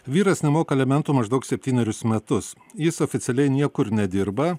vyras nemoka alimentų maždaug septynerius metus jis oficialiai niekur nedirba